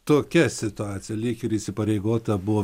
tokia situacija lyg ir įsipareigota buvo